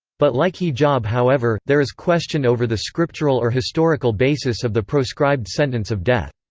but like hijab however, there is question over the scriptural or historical basis of the proscribed sentence of death.